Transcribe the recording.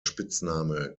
spitzname